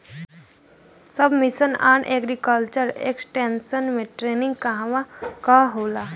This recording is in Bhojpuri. सब मिशन आन एग्रीकल्चर एक्सटेंशन मै टेरेनीं कहवा कहा होला?